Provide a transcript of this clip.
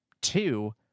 Two